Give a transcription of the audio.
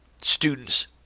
students